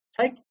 take